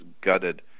gutted